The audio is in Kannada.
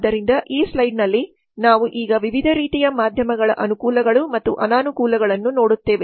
ಆದ್ದರಿಂದ ಈ ಸ್ಲೈಡ್ನಲ್ಲಿ ನಾವು ಈಗ ವಿವಿಧ ರೀತಿಯ ಮಾಧ್ಯಮಗಳ ಅನುಕೂಲಗಳು ಮತ್ತು ಅನಾನುಕೂಲಗಳನ್ನು ನೋಡುತ್ತೇವೆ